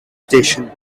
station